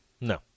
No